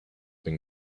been